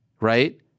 right